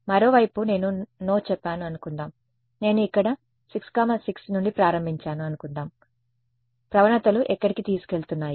మరోవైపు నేను నో చెప్పాను అనుకుందాం నేను ఇక్కడ 66 నుండి ప్రారంభించాను అనుకుందాం గ్రేడియంట్స్ ఎక్కడికి తీసుకెళుతున్నాయి